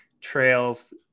trails